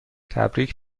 تبریک